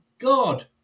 God